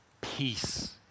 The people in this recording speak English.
peace